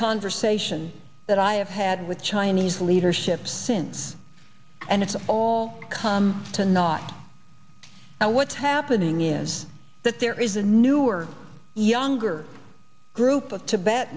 conversation that i have had with chinese leadership since and it's all come to not now what's happening is that there is a newer younger group of tibet